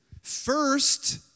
First